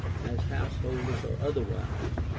as householders or otherwise,